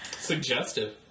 Suggestive